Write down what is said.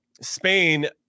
Spain